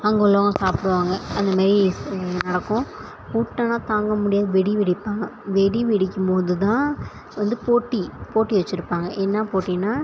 அங்கே உள்ளவங்க சாப்பிடுவாங்க அந்த மாரி நடக்கும் கூட்டம்னா தாங்க முடியாது வெடி வெடிப்பாங்க வெடி வெடிக்கும் போது தான் வந்து போட்டி போட்டி வெச்சுருப்பாங்க என்ன போட்டின்னா